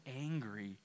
angry